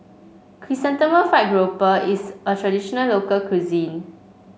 Chrysanthemum Fried Grouper is a traditional local cuisine